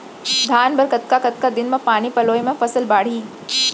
धान बर कतका कतका दिन म पानी पलोय म फसल बाड़ही?